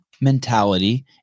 Mentality